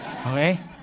Okay